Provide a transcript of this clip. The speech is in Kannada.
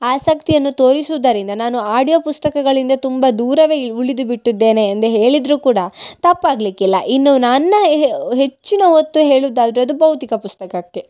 ಆಸಕ್ತಿಯನ್ನು ತೋರಿಸುವುದರಿಂದ ನಾನು ಆಡ್ಯೊ ಪುಸ್ತಕಗಳಿಂದ ತುಂಬ ದೂರವೇ ಇ ಉಳಿದುಬಿಟ್ಟಿದ್ದೇನೆ ಎಂದೇ ಹೇಳಿದರು ಕೂಡ ತಪ್ಪಾಗಲಿಕ್ಕಿಲ್ಲ ಇನ್ನು ನನ್ನ ಹೆ ಹೆಚ್ಚಿನ ಒತ್ತು ಹೇಳುದಾದರೆ ಅದು ಭೌತಿಕ ಪುಸ್ತಕಕ್ಕೆ